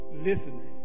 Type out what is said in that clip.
Listen